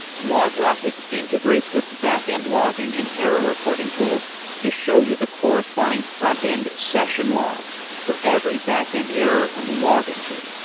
logrocket integrates with back-end logging and error reporting tools to show you the corresponding frontend session logs for every back-end error and log entry.